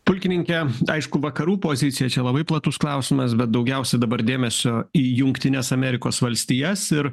pulkininke aišku vakarų pozicija čia labai platus klausimas bet daugiausia dabar dėmesio į jungtines amerikos valstijas ir